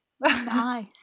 nice